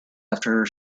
after